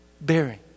bearing